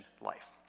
life